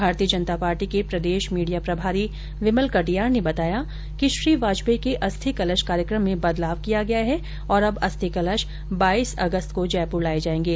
भारतीय जनता पार्टी के प्रदेश मीडिया प्रभारी विमल कटियार ने बताया कि श्री वाजपेयी के अस्थि कलश कार्यक्रम में बदलाव किया गया हैं और अब अस्थि कलश बाईस अगस्त को जयपुर लाये जायेंगे